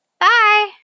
bye